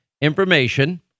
information